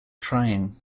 trying